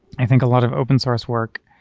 i think a lot of open source work